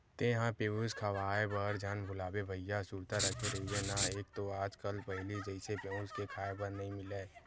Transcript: तेंहा पेयूस खवाए बर झन भुलाबे भइया सुरता रखे रहिबे ना एक तो आज कल पहिली जइसे पेयूस क खांय बर नइ मिलय